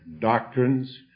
doctrines